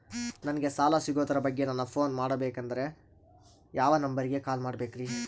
ನಂಗೆ ಸಾಲ ಸಿಗೋದರ ಬಗ್ಗೆ ನನ್ನ ಪೋನ್ ಮಾಡಬೇಕಂದರೆ ಯಾವ ನಂಬರಿಗೆ ಕಾಲ್ ಮಾಡಬೇಕ್ರಿ?